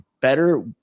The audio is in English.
better